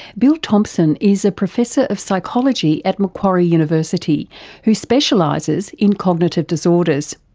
bill thompson is a professor of psychology at macquarie university who specialises in cognitive disorders.